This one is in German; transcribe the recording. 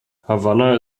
havanna